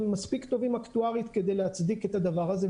הם מספיק טובים אקטוארית כדי להצדיק את הדבר הזה.